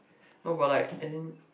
no but like as in